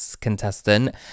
contestant